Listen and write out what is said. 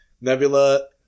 Nebula